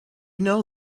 know